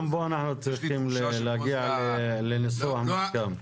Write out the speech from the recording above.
גם פה אנחנו צריכים להגיע לניסוח מוסכם.